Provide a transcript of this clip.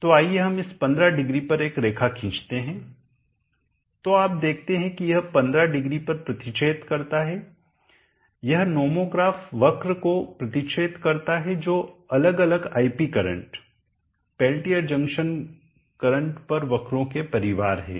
तो आइए हम इस 150 पर एक रेखा खींचते हैं तो आप देखते हैं कि यह 150 पर प्रतिच्छेद करता है यह नोमोग्राफ वक्र को प्रतिच्छेद हो करता है जो अलग अलग iP करंटपेल्टियर जंक्शन करंट पर वक्रों के परिवार है